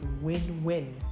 win-win